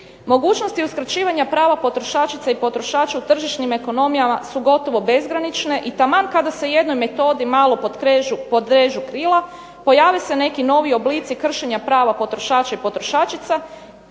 Mogućnosti uskraćivanja prava potrošačica i potrošača u tržišnim ekonomijama su gotovo bezgranične i taman kada se jednoj metodi malo podrežu krila pojave se neki novi oblici kršenja prava potrošača i potrošačica.